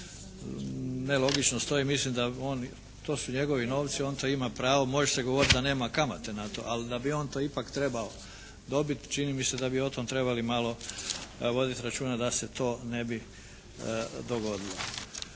nelogično stoji. Mislim da on, to su njegovi novci. On to ima pravo. Može se govoriti da nema kamate na to. Ali da bi on to ipak trebao dobiti čini mi se da bi o tome trebali malo voditi računa da se to ne bi dogodilo.